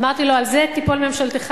אמרתי לו: על זה תיפול ממשלתך,